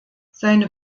seine